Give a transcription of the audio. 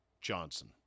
Johnson